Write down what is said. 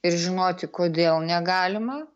ir žinoti kodėl negalima